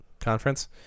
conference